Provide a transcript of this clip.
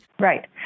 Right